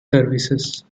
services